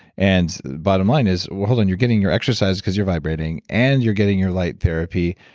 and bottom line is, well, hold on, you're getting your exercise because you're vibrating and you're getting your light therapy.